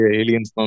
aliens